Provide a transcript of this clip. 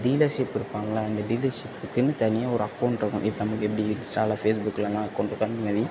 dealership இருப்பாங்கள அந்த டீலர்ஷிப்புக்குன்னு தனியாக ஒரு அக்கவுண்ட் இருக்கும் இப்போ நமக்கு எப்படி இன்ஸ்ட்டாவில ஃபேஸ்புக்லலாம் அக்கவுண்ட் இருக்கோ அந்த மேரி